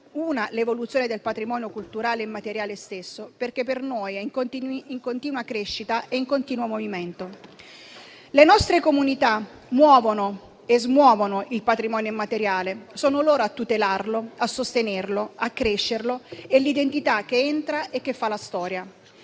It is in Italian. l'evoluzione del patrimonio culturale immateriale stesso, perché per noi è in continua crescita e continuo movimento. Le nostre comunità muovono e smuovono il patrimonio immateriale, sono loro a tutelarlo, sostenerlo e accrescerlo. È l'identità che entra e fa la storia.